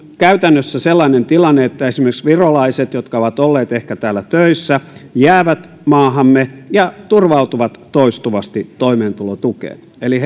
käytännössä sellainen tilanne että esimerkiksi virolaiset jotka ehkä ovat olleet täällä töissä jäävät maahamme ja turvautuvat toistuvasti toimeentulotukeen eli